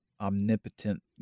omnipotent